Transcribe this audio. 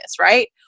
right